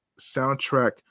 soundtrack